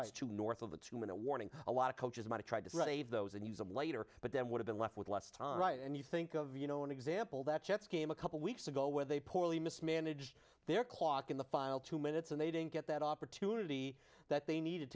timeouts to north of the two minute warning a lot of coaches might have tried to save those and use them later but then would've been left with less time right and you think of you know an example that jets game a couple weeks ago where they poorly mismanaged their kwok in the final two minutes and they didn't get that opportunity that they needed